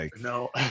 No